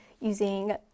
using